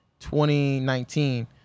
2019